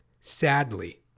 sadly